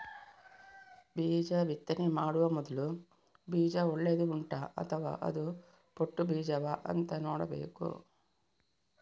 ಬೀಜ ಬಿತ್ತನೆ ಮಾಡುವ ಮೊದ್ಲು ಬೀಜ ಒಳ್ಳೆದು ಉಂಟಾ ಅಥವಾ ಅದು ಪೊಟ್ಟು ಬೀಜವಾ ಅಂತ ನೋಡ್ಬೇಕು